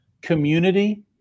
community